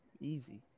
Easy